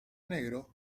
negro